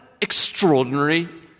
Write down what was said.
extraordinary